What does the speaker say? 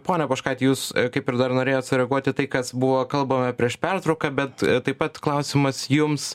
ponia poškaite jūs kaip ir dar norėjot sureaguoti į tai kas buvo kalbama prieš pertrauką bet taip pat klausimas jums